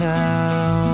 now